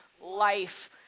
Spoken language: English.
life